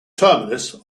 terminus